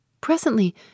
Presently